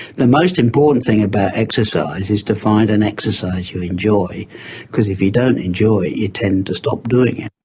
the most important thing about exercise is to find an exercise you enjoy because if you don't enjoy it you tend to stop doing it.